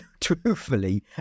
truthfully